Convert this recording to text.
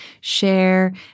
share